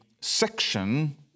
section